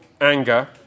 anger